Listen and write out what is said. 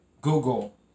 Google